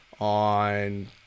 on